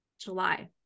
July